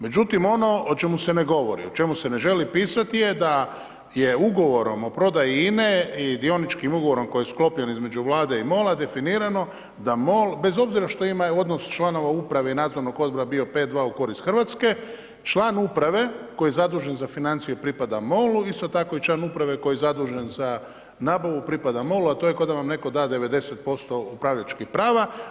Međutim, ono o čemu se ne govori, o čemu se ne želi pisati je da je ugovorom o prodaji INA-e i dioničkim ugovorom koji je sklopljen između Vlade i MOL-a definirano da MOL, bez obzira što imaju odnos članova uprave i nadzora bio 5:2 u korist Hrvatske, član uprave koje je zadužen za financije pripada MOL-u, isto tako i član uprave koje je zadužen za nabavu pripada MOL-u, a to je kao da vam netko da 90% upravljačkih prava.